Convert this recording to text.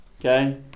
Okay